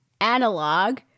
analog